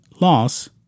loss